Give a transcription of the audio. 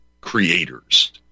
creators